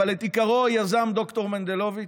אבל את עיקרו יזם ד"ר מנדלוביץ'.